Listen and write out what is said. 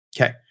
Okay